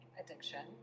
addiction